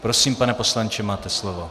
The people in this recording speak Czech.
Prosím, pane poslanče, máte slovo.